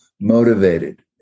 motivated